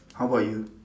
how about you